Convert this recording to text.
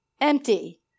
empty